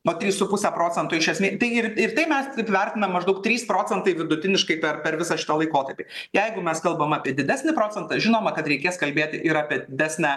va trys su puse procento iš esmės tai ir ir tai mes vertinam maždaug trys procentai vidutiniškai per visą šitą laikotarpį jeigu mes kalbam apie didesnį procentą žinoma kad reikės kalbėti ir apie didesnę